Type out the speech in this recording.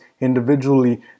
individually